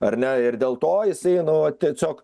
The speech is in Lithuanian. ar ne ir dėl to jisai nu va tiesiog